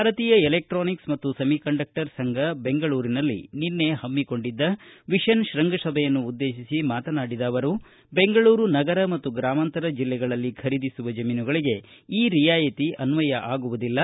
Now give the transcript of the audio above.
ಭಾರತೀಯ ಎಲೆಕ್ಟಾನಿಕ್ಸ್ ಮತ್ತು ಸೆಮಿಕಂಡಕ್ಟರ್ ಸಂಘ ಬೆಂಗಳೂರಿನಲ್ಲಿ ನಿನ್ನೆ ಹಮ್ಮಿಕೊಂಡಿದ್ದ ವಿಷನ್ ಶೃಂಗಸಭೆಯನ್ನು ಉದ್ದೇಶಿಸಿ ಮಾತನಾಡಿದ ಅವರು ಬೆಂಗಳೂರು ನಗರ ಮತ್ತು ಗ್ರಾಮಾಂತರ ಜಿಲ್ಲೆಗಳಲ್ಲಿ ಖರೀದಿಸುವ ಜಮೀನುಗಳಿಗೆ ಈ ರಿಯಾಯತಿ ಅನ್ವಯ ಆಗುವುದಿಲ್ಲ